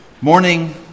Morning